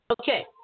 okay